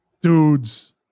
dudes